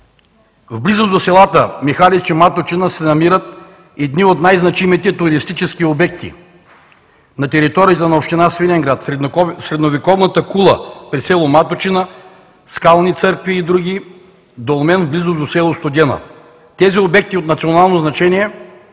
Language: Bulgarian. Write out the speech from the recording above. В близост до селата Михалич и Маточина се намират едни от най-значимите туристически обекти. На територията на община Свиленград – средновековната кула при село Маточина, скални църкви и други, долмен близо до село Студена. Тези туристически обекти от национално значение